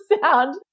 sound